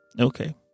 Okay